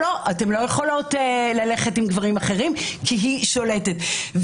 יכולות ללכת עם גברים אחרים כי היא שולטת,